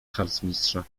harcmistrza